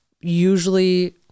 usually